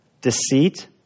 deceit